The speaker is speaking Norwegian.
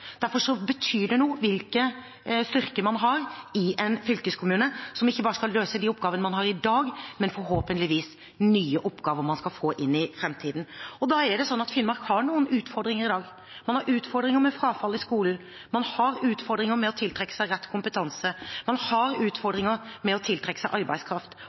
Derfor betyr innbyggertall noe. Derfor betyr det noe hvilke styrker man har i en fylkeskommune, som ikke bare skal løse de oppgavene man har i dag, men forhåpentligvis nye oppgaver man skal få i framtiden. Finnmark har noen utfordringer i dag. Man har utfordringer med frafall i skolen. Man har utfordringer med å tiltrekke seg rett kompetanse. Man har utfordringer med å tiltrekke seg arbeidskraft.